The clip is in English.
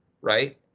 right